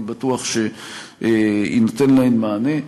אני בטוח שיינתן להן מענה.